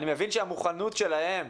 אני מבין שהמוכנות שלהם,